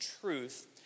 truth